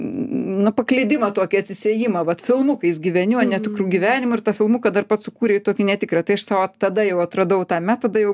na paklydimą tokį atsisiėjimą vat filmukais gyveni o ne tikru gyvenimu ir tą filmuką dar pats sukūrei tokį netikrą tai aš sau tada jau atradau tą metodą jau